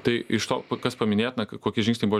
tai iš to kas paminėtina kokie žingsniai buvo